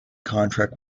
contract